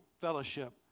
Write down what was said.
fellowship